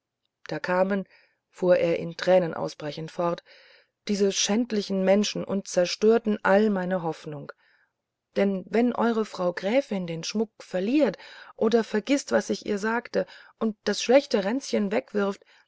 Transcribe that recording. da kamen fuhr er in tränen ausbrechend fort diese schändlichen menschen und zerstörten all meine hoffnung denn wenn eure frau gräfin den schmuck verliert oder vergißt was ich ihr sagte und das schlechte ränzchen wegwirft